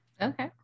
Okay